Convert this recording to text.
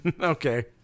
Okay